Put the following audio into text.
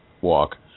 walk